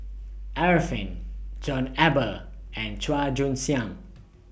Arifin John Eber and Chua Joon Siang